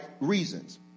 reasons